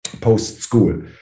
post-school